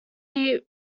eat